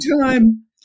time